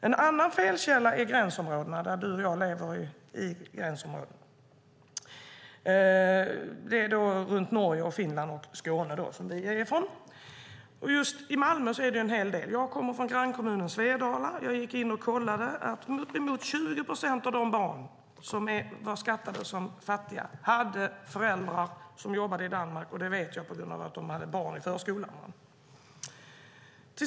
En annan felkälla gäller de som bor i gränsområdena runt Norge och Finland liksom Skåne, som Hillevi Larsson och jag kommer från. Just i Malmö är det en hel del. Jag kommer från grannkommunen Svedala, och jag gick in och kollade att uppemot 20 procent av de barn som var skattade som fattiga hade föräldrar som jobbade i Danmark. Det vet jag på grund av att de hade barn i förskolan.